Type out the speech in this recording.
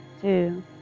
two